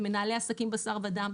במנהלי עסקים בשר ודם,